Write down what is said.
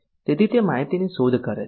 તેથી તે માહિતીની શોધ કરે છે